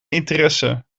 interesse